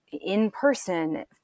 in-person